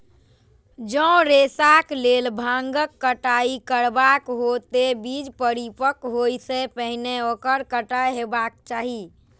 जौं रेशाक लेल भांगक कटाइ करबाक हो, ते बीज परिपक्व होइ सं पहिने ओकर कटाइ हेबाक चाही